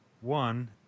One